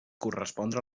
correspondre